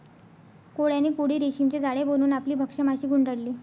कोळ्याने कोळी रेशीमचे जाळे बनवून आपली भक्ष्य माशी गुंडाळली